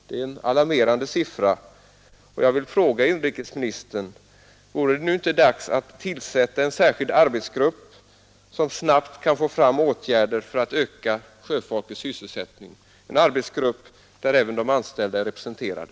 Det är en alarmerande siffra, och jag vill fråga inrikesministern: Vore det nu inte dags att tillsätta en särskild arbetsgrupp som snabbt kan få fram åtgärder för att öka sjöfolkets sysselsättning — en arbetsgrupp där även de anställda är representerade?